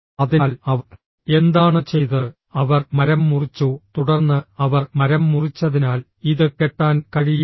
അതിനാൽ അവർ എന്താണ് ചെയ്തത് അവർ മരം മുറിച്ചു തുടർന്ന് അവർ മരം മുറിച്ചതിനാൽ ഇത് കെട്ടാൻ കഴിയില്ല